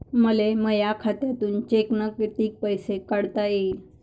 मले माया खात्यातून चेकनं कितीक पैसे काढता येईन?